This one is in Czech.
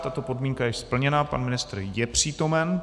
Tato podmínka je splněna, pan ministr je přítomen.